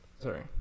sorry